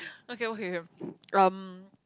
okay okay um